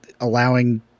allowing